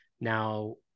now